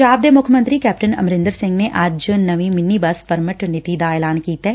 ਪੰਜਾਬ ਦੇ ਮੁੱਖ ਮੰਤਰੀ ਕੈਪਟਨ ਅਮਰਿੰਦਰ ਸਿੰਘ ਨੇ ਅੱਜ ਨਵੀਂ ਮਿੰਨੀ ਬੱਸ ਪਰਮਿਟ ਨੀਤੀ ਦਾ ਐਲਾਨ ਕੀਤੈ